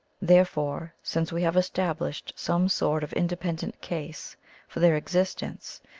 therefore, since we have established some sort of independent case for their existence,